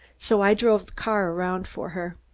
so i drove the car around for her.